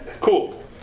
Cool